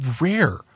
rare